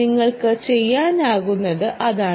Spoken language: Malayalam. നിങ്ങൾക്ക് ചെയ്യാനാകുന്നത് അതാണ്